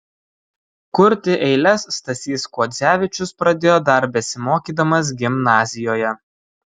kurti eiles stasys kuodzevičius pradėjo dar besimokydamas gimnazijoje